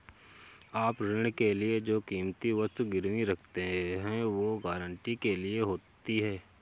आप ऋण के लिए जो कीमती वस्तु गिरवी रखते हैं, वो गारंटी के लिए होती है